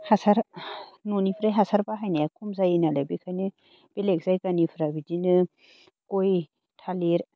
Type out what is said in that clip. हासार न'निफ्राय हासार बाहायनाया खम जायोनालाय बेखायनो बेलेग जायगानिफोरा बिदिनो गय थालिर